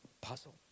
puzzle